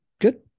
good